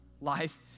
life